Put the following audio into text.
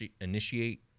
initiate